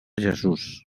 jesús